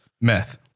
meth